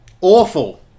Awful